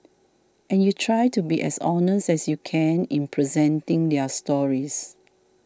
and you try to be as honest as you can in presenting their stories